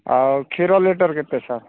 ଆଉ କ୍ଷୀର ଲିଟର୍ କେତେ ସାର୍